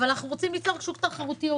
אבל אנחנו רוצים ליצור שוק תחרותי הוגן.